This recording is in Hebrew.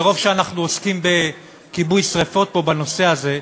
מרוב שאנחנו עוסקים בכיבוי שרפות פה בנושא הזה.